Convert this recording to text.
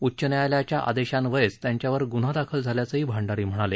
उच्च न्यायालयाच्या आदेशाअन्वयेच त्यांच्यावर ग्रन्हा दाखल झाल्याचंही भंडारी म्हणाले